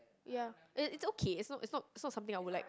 ya it it's okay it's not it's not it's not something I will like